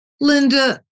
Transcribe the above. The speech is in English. Linda